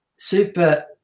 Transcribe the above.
super